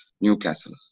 Newcastle